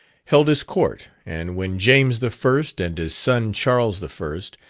held his court, and when james the first, and his son charles the first,